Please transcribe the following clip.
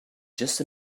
just